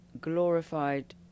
glorified